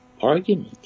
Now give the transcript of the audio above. argument